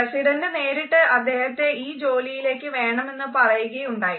president നേരിട്ട് അദ്ദേഹത്തെ ഈ ജോലിയിലേക്ക് വേണമെന്ന് പറയുകയുണ്ടായി